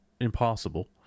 impossible